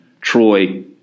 Troy